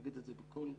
לומר את זה בכל המקומות,